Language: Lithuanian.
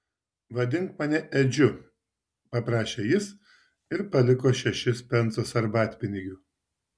vadink mane edžiu paprašė jis ir paliko šešis pensus arbatpinigių